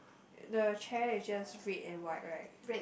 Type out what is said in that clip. the chair is just red and white right